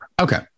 Okay